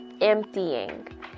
emptying